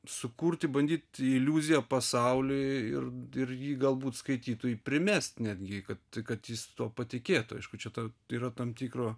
sukurti bandyti iliuziją pasauliui ir ir jį galbūt skaitytojui primest netgi kad kad jis tuo patikėtų aišku čia ta yra tam tikro